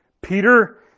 Peter